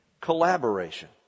Collaboration